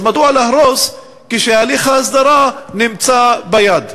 אז מדוע להרוס, כשהליך ההסדרה נמצא ביד?